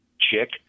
chick